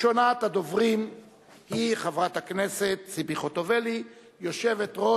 נעבור להצעות לסדר-היום מס' 7315,